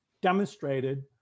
demonstrated